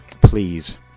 please